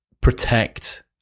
protect